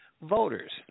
voters